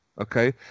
Okay